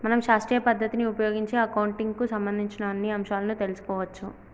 మనం శాస్త్రీయ పద్ధతిని ఉపయోగించి అకౌంటింగ్ కు సంబంధించిన అన్ని అంశాలను తెలుసుకోవచ్చు